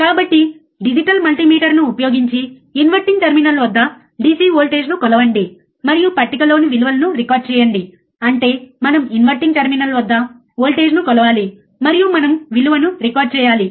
కాబట్టి డిజిటల్ మల్టీమీటర్ను ఉపయోగించి ఇన్వర్టింగ్ టెర్మినల్ వద్ద DC వోల్టేజ్ను కొలవండి మరియు పట్టికలోని విలువలను రికార్డ్ చేయండి అంటే మనం ఇన్వర్టింగ్ టెర్మినల్ వద్ద వోల్టేజ్ను కొలవాలి మరియు మనం విలువను రికార్డ్ చేయాలి